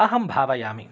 अहं भावयामि